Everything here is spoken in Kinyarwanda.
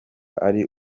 ari